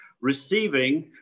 receiving